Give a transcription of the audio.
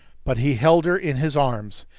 but he held her in his arms,